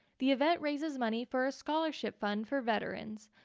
the event raises money for a scholarship fund for veterans.